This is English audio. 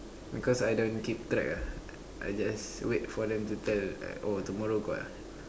because I don't keep track ah I just wait for them to tell uh oh tomorrow got ah